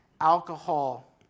Alcohol